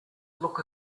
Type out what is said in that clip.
look